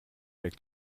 avec